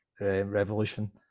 revolution